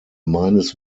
meines